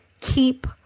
keep